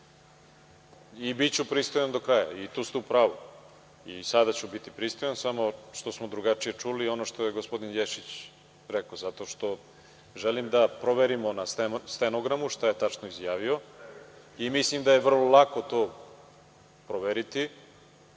I biću pristojan do kraja i tu ste u pravu. I sada ću biti pristojan samo što smo drugačije čuli ono što je gospodin Ješić rekao, zato što želim da proverimo na stenogramu šta je tačno izjavio i mislim da je vrlo lako to proveriti,